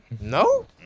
No